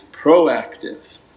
proactive